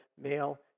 male